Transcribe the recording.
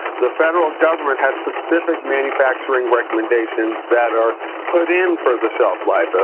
the federal government has specific manufacturing recommendations that are put in for the shelf life. ah